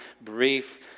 brief